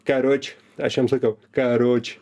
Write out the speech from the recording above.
karuč aš jam sakiau karuč